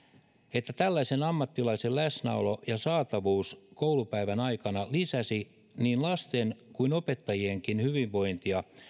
että tällaisen ammattilaisen läsnäolo ja saatavuus koulupäivän aikana lisäsi niin lasten kuin opettajienkin hyvinvointia